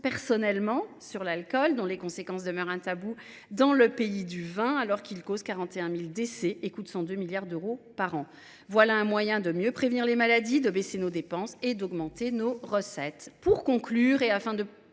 personnellement sur l’alcool, dont les conséquences demeurent un tabou dans le pays du vin, alors qu’il cause 41 000 décès et coûte 102 milliards d’euros par an. Voilà un moyen de mieux prévenir les maladies, de baisser nos dépenses et d’augmenter nos recettes